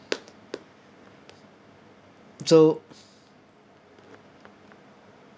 so